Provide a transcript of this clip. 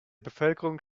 bevölkerung